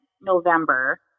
november